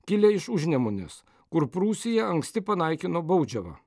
kilę iš užnemunės kur prūsija anksti panaikino baudžiavą